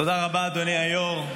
תודה רבה, אדוני היו"ר.